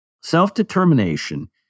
self-determination